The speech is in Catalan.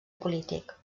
polític